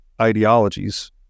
ideologies